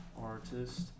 artist